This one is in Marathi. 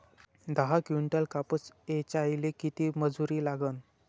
दहा किंटल कापूस ऐचायले किती मजूरी लागन?